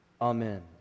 Amen